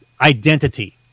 identity